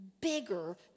bigger